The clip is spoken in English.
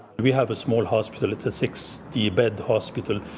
we have a small hospital. it's a sixty bed hospital,